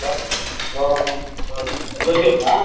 hello hello வணக்கம் ஜோஸ் ஜோசியருங்களா